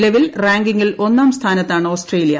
നിലവിൽ റാങ്കിങ്ങിൽ ഒന്നാം സ്ഥാനത്താണ് ഓസ്ട്രേലിയ